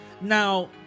Now